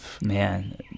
man